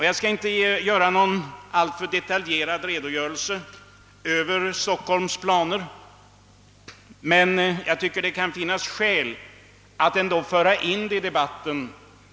Jag skall inte lämna någon alltför detaljerad redogörelse för Stockholms planer, men det kan finnas skäl att föra in dem i debatten.